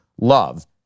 love